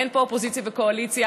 אין פה אופוזיציה וקואליציה.